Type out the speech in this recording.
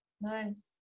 nice